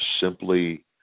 simply